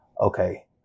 okay